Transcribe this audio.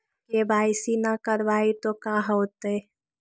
KYC न करवाई तो का हाओतै?